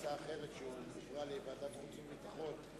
הצעה אחרת שהועברה לוועדת החוץ והביטחון,